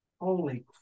Holy